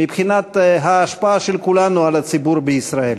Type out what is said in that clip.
מבחינת ההשפעה של כולנו על הציבור בישראל.